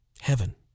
Heaven